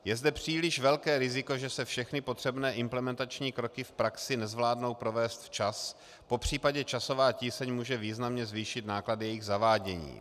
Je zde příliš velké riziko, že se všechny potřebné implementační kroky v praxi nezvládnou provést včas, popřípadě časová tíseň může významně zvýšit náklad jejich zavádění.